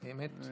אמת.